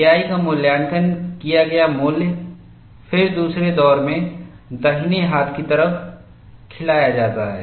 KI का मूल्यांकन किया गया मूल्य फिर दूसरे दौर में दाहिने हाथ की तरफ खिलाया जाता है